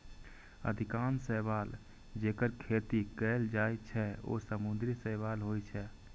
अधिकांश शैवाल, जेकर खेती कैल जाइ छै, ओ समुद्री शैवाल होइ छै